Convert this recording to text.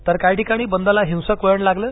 तर काही ठिकाणी बंदला हिंसक वळण लागलं